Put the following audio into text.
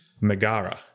megara